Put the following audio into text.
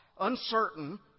uncertain